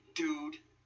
dude